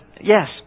yes